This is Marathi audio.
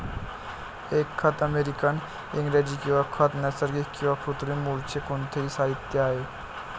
एक खत अमेरिकन इंग्रजी किंवा खत नैसर्गिक किंवा कृत्रिम मूळचे कोणतेही साहित्य आहे